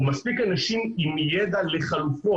או מספיק אנשים עם ידע לחלופות.